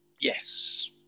Yes